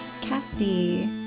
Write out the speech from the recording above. Cassie